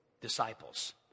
disciples